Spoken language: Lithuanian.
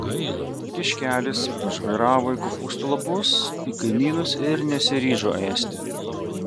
kiškelis pažvairavo į kopūstų lapus į kaimynus ir nesiryžo ėsti